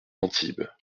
antibes